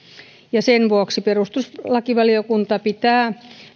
sen vuoksi perustuslakivaliokunta pitää